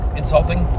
insulting